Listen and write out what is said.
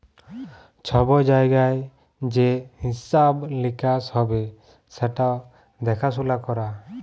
ছব জায়গায় যে হিঁসাব লিকাস হ্যবে সেট দ্যাখাসুলা ক্যরা